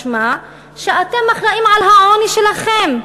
משמע שאתם אחראים לעוני שלכם,